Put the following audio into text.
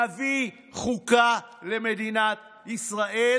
נביא חוקה למדינת ישראל,